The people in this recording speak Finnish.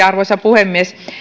arvoisa puhemies